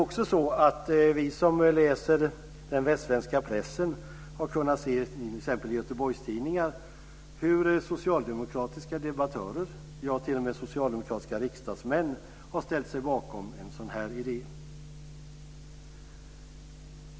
Vi som läser den västsvenska pressen, t.ex. Göteborgstidningar, har kunnat se hur socialdemokratiska debattörer, t.o.m. socialdemokratiska riksdagsmän, har ställt sig bakom en sådan idé.